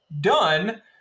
done